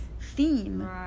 theme